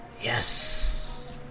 Yes